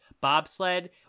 Bobsled